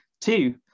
Two